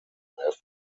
have